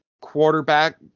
quarterback